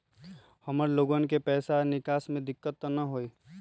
हमार लोगन के पैसा निकास में दिक्कत त न होई?